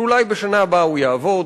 שאולי בשנה הבאה הוא יעבוד,